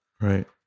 right